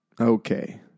Okay